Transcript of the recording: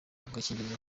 gakingirizo